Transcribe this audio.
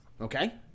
Okay